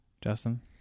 Justin